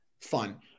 fun